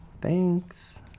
Thanks